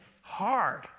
hard